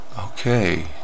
Okay